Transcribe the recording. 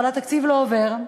אבל התקציב לא עובר,